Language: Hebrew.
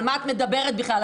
על מה את מדברת בכלל?